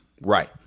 right